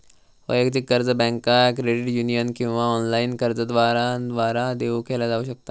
वैयक्तिक कर्ज बँका, क्रेडिट युनियन किंवा ऑनलाइन कर्जदारांद्वारा देऊ केला जाऊ शकता